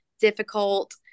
difficult